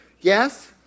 Yes